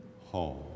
home